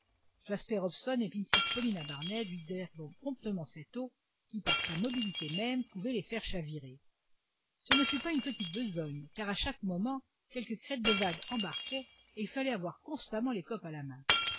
jasper hobson et mrs paulina barnett vidèrent donc promptement cette eau qui par sa mobilité même pouvait les faire chavirer ce ne fut pas une petite besogne car à chaque moment quelque crête de vague embarquait et il fallait avoir constamment l'écope à la main